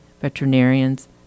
veterinarians